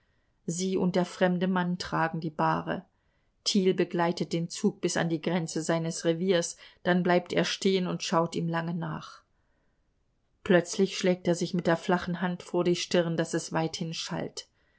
sie und der fremde mann tragen die bahre thiel begleitet den zug bis an die grenze seines reviers dann bleibt er stehen und schaut ihm lange nach plötzlich schlägt er sich mit der flachen hand vor die stirn daß es weithin schallt